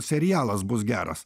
serialas bus geras